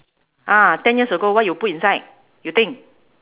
ah ten years ago what you put inside you think